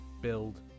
build